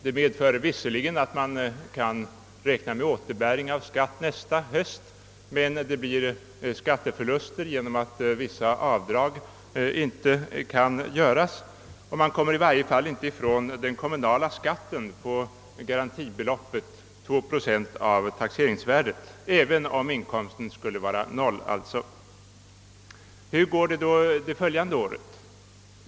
Det medför visserligen att man kan räkna med återbäring av skatt nästa höst, men det blir skatteförluster genom att vissa avdrag inte kan göras. Man kommer i varje fall inte ifrån den kommunala skatten på garantibeloppet, 2 procent av taxeringsvärdet, även om inkomsten skulle vara lika med 0. Hur går det då det följande året?